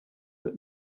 but